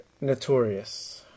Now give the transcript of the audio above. Notorious